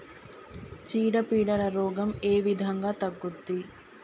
చీడ పీడల రోగం ఏ విధంగా తగ్గుద్ది?